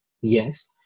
yes